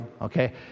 Okay